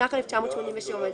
התשנ"ח 1988‏,